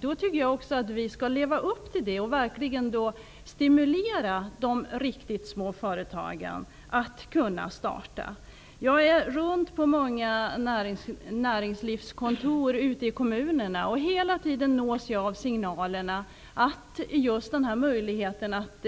Jag tycker att vi skall leva upp till detta och verkligen stimulera till att riktigt små företag startas. Jag åker runt till många näringslivskontor ute i kommunerna, och hela tiden nås jag av signalerna att just den här möjligheten att